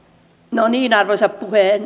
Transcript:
no niin arvoisa